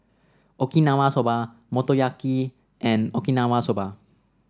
Okinawa Soba Motoyaki and Okinawa Soba